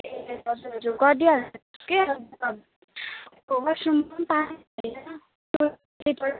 ए हजुर हजुर गरिदिइहाल्नुहोस् कि अन्त वास रूममा पनि पानी छैन टोइलेटहरूमा